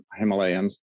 Himalayans